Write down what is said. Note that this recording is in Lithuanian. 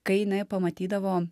kai jinai pamatydavo